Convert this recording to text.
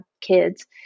kids